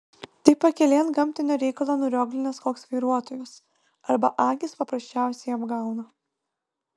tai pakelėn gamtinio reikalo nurioglinęs koks vairuotojas arba akys paprasčiausiai apgauna